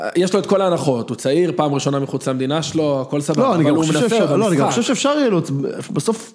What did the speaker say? יש לו את כל ההנחות, הוא צעיר, פעם ראשונה מחוץ למדינה שלו, הכל סבבה, אבל הוא מנפר, אז חש.